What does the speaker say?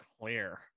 Clear